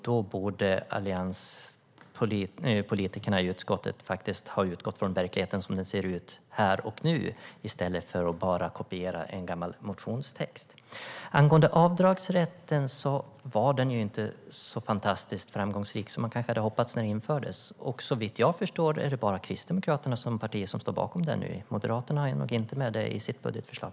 Då borde allianspolitikerna i utskottet faktiskt ha utgått från verkligheten som den ser ut här och nu i stället för att bara kopiera en gammal motionstext. Avdragsrätten var inte så fantastiskt framgångsrik som man kanske hade hoppats när den infördes. Såvitt jag förstår är det bara Kristdemokraterna som parti som står bakom det nu. Moderaterna har nog inte med det i sitt budgetförslag.